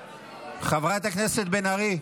חברת הכנסת בן ארי,